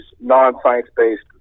non-science-based